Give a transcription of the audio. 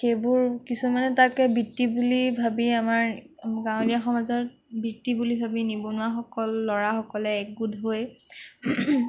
সেইবোৰ কিছুমানে তাকে বৃত্তি বুলি ভাবি আমাৰ গাঁৱলীয়া সমাজত বৃত্তি বুলি ভাবি নিবনুৱাসকল ল'ৰাসকলে একগোট হৈ